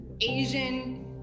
Asian